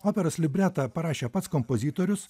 operos libretą parašė pats kompozitorius